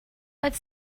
oedd